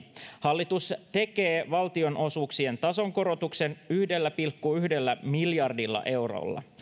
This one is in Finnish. hallitus tekee valtionosuuksien tasokorotuksen yhdellä pilkku yhdellä miljardilla eurolla